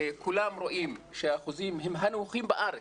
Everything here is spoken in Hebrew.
כולם רואים שהאחוזים הם הנמוכים בארץ.